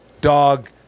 dog